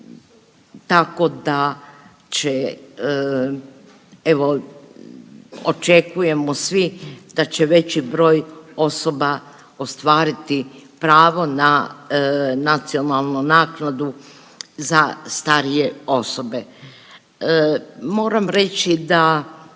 tako da će evo očekujemo svi da će veći broj osoba ostvariti pravo na nacionalnu naknadu za starije osobe. Moram reći da